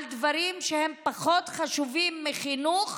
על דברים שהם פחות חשובים מחינוך